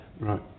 right